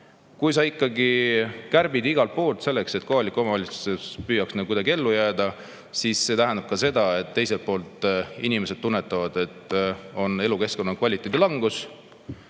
Kui sa ikkagi kärbid igalt poolt selleks, et kohalikud omavalitsused püüaks kuidagi ellu jääda, siis see tähendab ka seda, et teiselt poolt inimesed tunnetavad, et on elukeskkonna kvaliteedi langus,